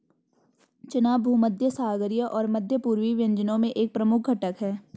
चना भूमध्यसागरीय और मध्य पूर्वी व्यंजनों में एक प्रमुख घटक है